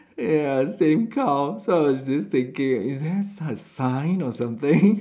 ya same cow so I was just thinking is there s~ sign or something